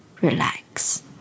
relax